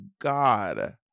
god